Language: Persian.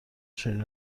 چنین